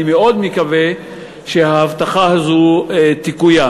אני מאוד מקווה שההבטחה הזאת תקוים.